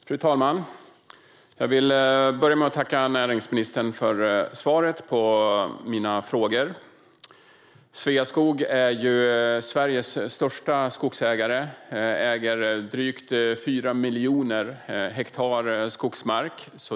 Fru talman! Jag vill börja med att tacka näringsministern för svaret på mina frågor. Sveaskog är Sveriges största skogsägare. Sveaskog äger drygt 4 miljoner hektar skogsmark.